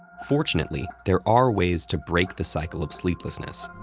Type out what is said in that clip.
fortunately, there are ways to break the cycle of sleeplessness.